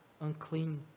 unclean